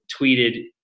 tweeted